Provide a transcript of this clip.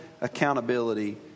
accountability